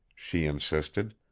she insisted.